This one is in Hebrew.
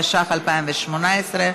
התשע"ח 2018,